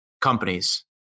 companies